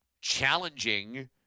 challenging